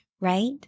right